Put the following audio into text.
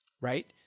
right